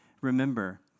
Remember